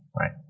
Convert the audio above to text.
Right